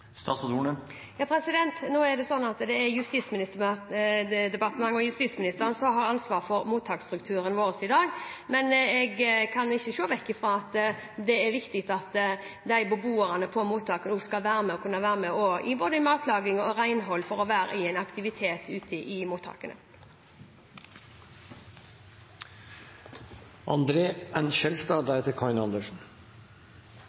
Nå er det Justisdepartementet og justisministeren som har ansvaret for mottaksstrukturen vår i dag. Men jeg kan ikke se bort fra at det er viktig at beboerne på mottak også skal kunne være med på både matlaging og renhold for å være i aktivitet ute i mottakene.